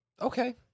Okay